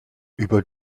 über